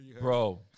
Bro